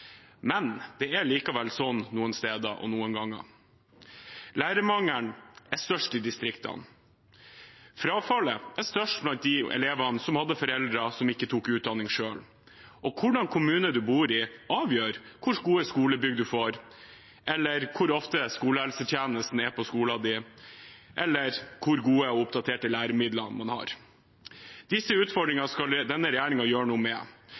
Men det er likevel slik noen steder og noen ganger. Lærermangelen er størst i distriktene, og frafallet er størst blant de elevene som har foreldre som ikke tok utdanning selv. Hvilken kommune du bor i, avgjør hvor gode skolebygg du får, hvor ofte skolehelsetjenesten er på skolen din, og hvor gode og oppdaterte læremidler du har. Disse utfordringene skal denne regjeringen gjøre noe med.